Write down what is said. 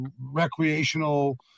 recreational